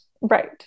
right